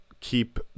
keep